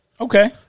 Okay